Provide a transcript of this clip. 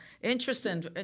Interesting